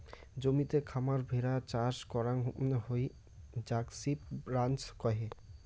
জমিতে খামার ভেড়া চাষ করাং হই যাক সিপ রাঞ্চ কহে